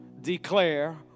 declare